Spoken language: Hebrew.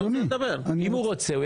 הוא רוצה לדבר.